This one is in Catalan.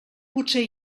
potser